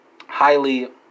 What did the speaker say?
highly